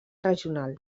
regional